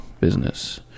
business